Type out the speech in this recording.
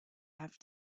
have